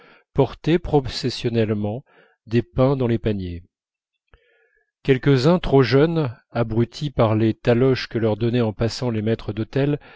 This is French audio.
portaient processionnellement des pains dans des paniers quelques-uns trop jeunes abrutis par les taloches que leur donnaient en passant les maîtres d'hôtel